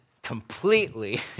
completely